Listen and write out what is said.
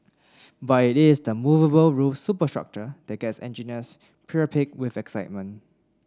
but it is the movable roof superstructure that gets engineers priapic with excitement